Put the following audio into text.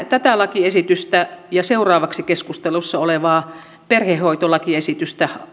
tätä lakiesitystä ja seuraavaksi keskustelussa olevaa perhehoitolakiesitystä